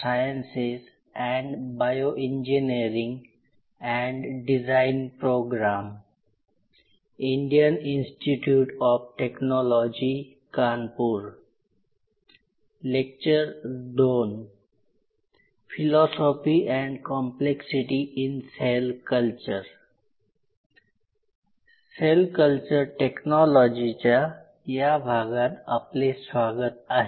sale culture टेक्नॉलॉजीच्या या भागात आपले स्वागत आहे